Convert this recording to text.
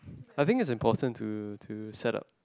I think is important to to set up